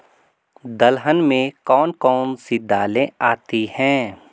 दलहन में कौन कौन सी दालें आती हैं?